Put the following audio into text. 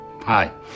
hi